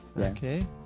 Okay